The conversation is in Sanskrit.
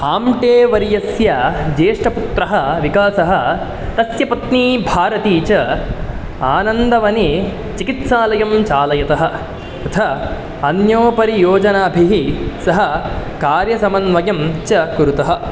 आम्टेवर्यस्य ज्येष्ठपुत्रः विकासः तस्य पत्नी भारती च आनन्दवने चिकित्सालयं चालयतः तथा अन्योपरियोजनाभिः सह कार्यसमन्वयम् च कुरुतः